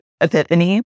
epiphany